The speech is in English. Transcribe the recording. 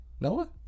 Noah